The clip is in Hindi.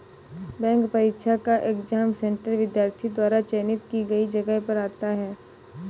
बैंक परीक्षा का एग्जाम सेंटर विद्यार्थी द्वारा चयनित की गई जगह पर आता है